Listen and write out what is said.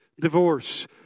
divorce